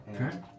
Okay